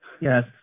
Yes